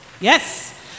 Yes